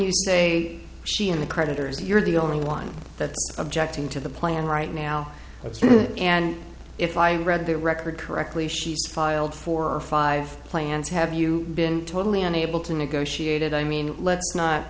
you say she and the creditors you're the only one that objecting to the plan right now and if i read the record correctly she's filed for five plans have you been totally unable to negotiate it i mean let's not